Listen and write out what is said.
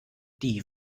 die